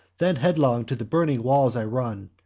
then headlong to the burning walls i run,